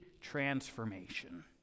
transformation